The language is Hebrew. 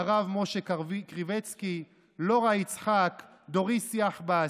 הרב משה קריביצקי, לורה יצחק, דוריס יחבס,